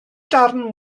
darn